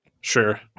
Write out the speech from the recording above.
Sure